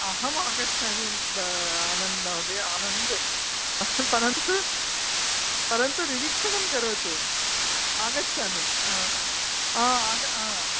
अहम् आगच्छामि आनन्द् महोदय आनन्द् परन्तु परन्तु निरीक्षणं करोतु आगच्छामि